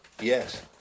Yes